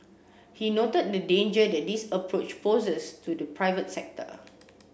he noted the danger that this approach poses to the private sector